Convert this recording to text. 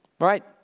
Right